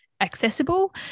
accessible